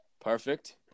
Perfect